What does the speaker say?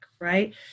right